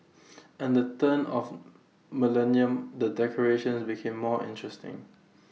and the turn of millennium the decorations became more interesting